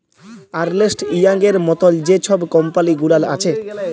আর্লেস্ট ইয়াংয়ের মতল যে ছব কম্পালি গুলাল আছে